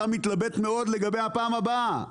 אתה מתלבט מאוד לגבי הפעם הבאה.